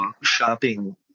shopping